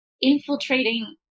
infiltrating